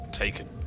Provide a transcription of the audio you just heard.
taken